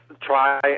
try